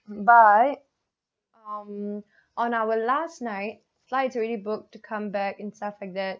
but um on our last night flight's already booked to come back and stuff like that